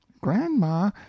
grandma